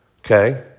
Okay